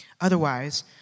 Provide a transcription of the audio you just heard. Otherwise